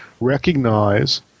recognize